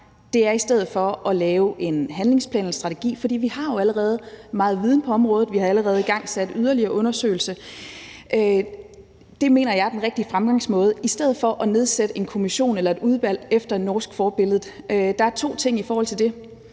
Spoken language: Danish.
vej frem i stedet for er at lave en handlingsplan og en strategi, for vi har jo allerede meget viden på området, vi har allerede igangsat yderligere undersøgelser. Det mener jeg er den rigtige fremgangsmåde i stedet for at nedsætte en kommission eller et udvalg efter norsk forbillede. Der er to ting i forhold til det: